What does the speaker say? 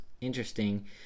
interesting